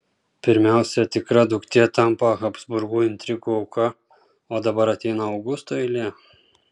pirmiausia tikra duktė tampa habsburgų intrigų auka o dabar ateina augusto eilė